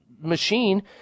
machine